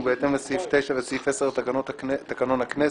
לפני הקריאה